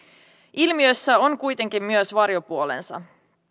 ilmiössä on kuitenkin myös varjopuolensa